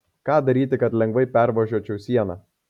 ką daryti kad lengvai pervažiuočiau sieną